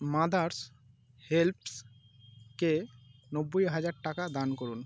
mother's Helps কে নব্বই হাজার টাকা দান করুন